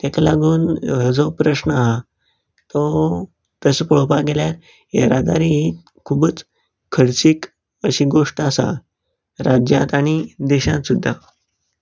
तेका लागोन हो जो प्रस्न आहा तो तसो पळोवपाक गेल्यार येरादारी ही खुबूच खर्चीक अशी गोश्ट आसा राज्यांत आनी देशांत सुद्दां